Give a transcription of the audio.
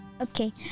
Okay